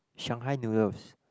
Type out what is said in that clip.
Shanghai noodles